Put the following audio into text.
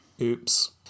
Oops